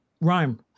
rhyme